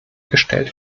gestellt